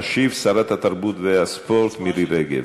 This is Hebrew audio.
תשיב שרת התרבות והספורט מירי רגב.